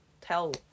tell